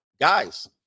Guys